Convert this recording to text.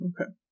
Okay